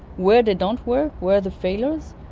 where they don't work, where are the failures,